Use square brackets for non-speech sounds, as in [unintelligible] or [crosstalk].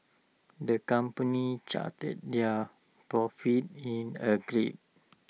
the company charted their profits in A [unintelligible]